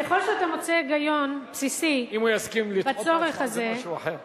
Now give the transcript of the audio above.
ככל שאתה מוצא היגיון בסיסי בצורך הזה,